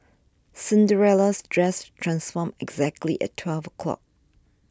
Cinderella's dress transformed exactly at twelve o'clock